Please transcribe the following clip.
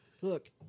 Look